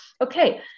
okay